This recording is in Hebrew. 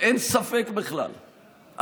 אין ספק בכלל,